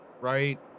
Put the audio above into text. Right